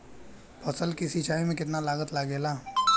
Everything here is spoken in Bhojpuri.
फसल की सिंचाई में कितना लागत लागेला?